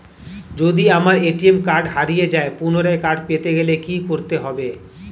যদি আমার ATM card হারিয়ে যায় পুনরায় কার্ড পেতে গেলে কি করতে হবে?